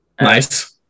nice